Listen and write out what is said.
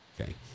okay